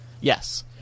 Yes